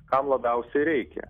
kam labiausiai reikia